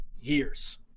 years